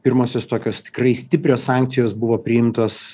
pirmosios tokios tikrai stiprios sankcijos buvo priimtos